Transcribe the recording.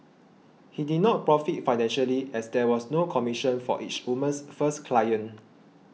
he did not profit financially as there was no commission for each woman's first client